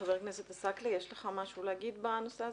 חבר הכנסת עסאקלה, יש לך משהו להגיד בנושא הזה?